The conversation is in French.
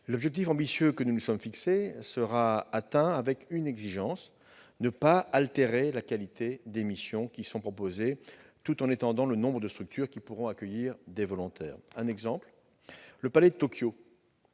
L'objectif ambitieux que nous nous sommes fixé sera atteint en tenant compte d'une exigence : ne pas altérer la qualité des missions qui sont proposées, tout en étendant le nombre de structures qui pourront accueillir des volontaires. Un exemple : le palais de Tokyo